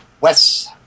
Wes